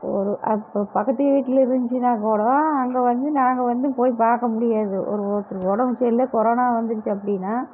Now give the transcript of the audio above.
ஒரு அப்போ பக்கத்து வீட்டில் இருந்துச்சின்னா கூட அங்கே வந்து நாங்கள் வந்து போய் பார்க்க முடியாது ஒரு ஒருத்தருக்கு உடம்பு சரியில்லை கொரோனா வந்துருச்சு அப்படீன்னா